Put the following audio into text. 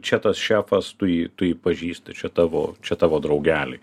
čia tas šefas tu jį tu jį pažįsti čia tavo čia tavo draugeliai